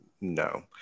no